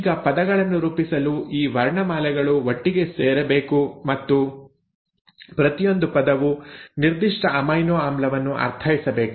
ಈಗ ಪದಗಳನ್ನು ರೂಪಿಸಲು ಈ ವರ್ಣಮಾಲೆಗಳು ಒಟ್ಟಿಗೆ ಸೇರಬೇಕು ಮತ್ತು ಪ್ರತಿಯೊಂದು ಪದವು ನಿರ್ದಿಷ್ಟ ಅಮೈನೊ ಆಮ್ಲವನ್ನು ಅರ್ಥೈಸಬೇಕು